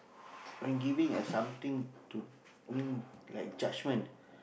when giving a something to mean like judgement